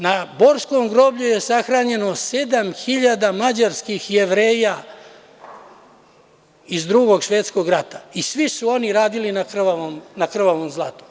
Na borskom groblju je sahranjeno 7.000 mađarskih Jevreja iz Drugog svetskog rata, svi su oni radili na krvavom zlatu.